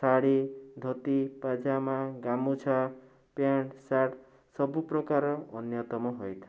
ଶାଢ଼ୀ dhoti pyjama gamchha pant shirt ସବୁପ୍ରକାର ଅନ୍ୟତମ ହୋଇଥାଏ